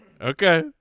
Okay